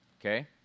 okay